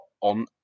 on